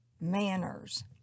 manners